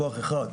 כוח אחד,